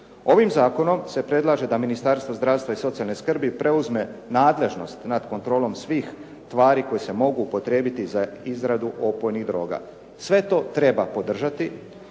Ovim zakonom se predlaže da Ministarstvo zdravstva i socijalne skrbi preuzme nadležnost nad kontrolom svih tvari koje se mogu upotrijebiti za izradu opojnih droga. Sve to treba podržati